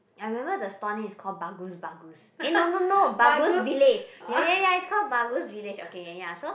I remember the stall name is called Bagus Bagus eh no no no Bagus-Village ya ya ya it's called Bagus-Village okay ya ya so